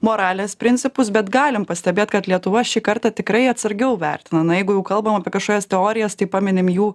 moralės principus bet galim pastebėt kad lietuva šį kartą tikrai atsargiau vertina na jeigu jau kalbam apie kašoias teorijas tai paminim jų